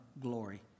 glory